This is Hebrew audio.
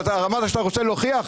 אתה אמרת שאתה רוצה להוכיח?